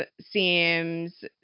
seems